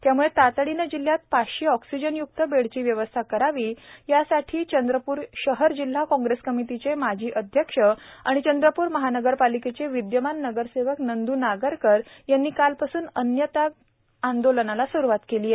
त्यामुळे तातडीने जिल्हयात पाचशे ऑक्सिजनयुक्त बेडची व्यवस्था करण्यात यावी या मागणीसाठी चंद्रपूर शहर जिल्हा काँग्रेस कमिटीचे माजी अध्यक्ष तथा चंद्रपूर महानगरपालिकेचे विद्यमान नगरसेवक नंद् नागरकर कालपासून अन्नत्याग आंदोलनाला स्रुवात केली आहेत